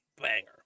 Banger